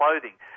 clothing